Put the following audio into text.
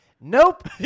nope